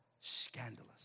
Scandalous